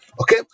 okay